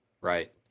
right